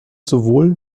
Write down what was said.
sowohl